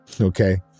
Okay